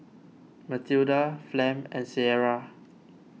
Mathilda Flem and Cierra